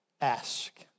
ask